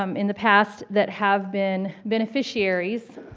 um in the past that have been beneficiaries